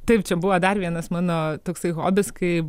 taip čia buvo dar vienas mano toksai hobis kai